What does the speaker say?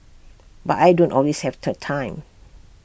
but I don't always have the time